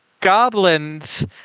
goblins